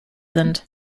sind